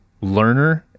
learner